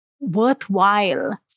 worthwhile